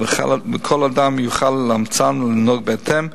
וכל אדם יוכל לאמצן ולנהוג בהתאם,